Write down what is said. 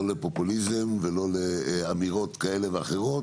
לפופוליזם ולא לאמירות כאלה ואחרות,